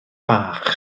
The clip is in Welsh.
bach